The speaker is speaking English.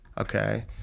Okay